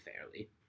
fairly